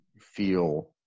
feel